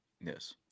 Yes